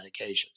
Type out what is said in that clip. medications